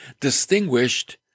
distinguished